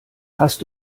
hast